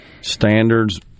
standards